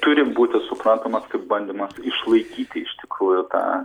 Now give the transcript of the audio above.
turi būti suprantamas kaip bandymas išlaikyti iš tikrųjų tą